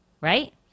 right